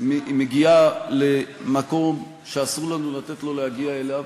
מגיעה למקום שאסור לנו לתת לה להגיע אליו.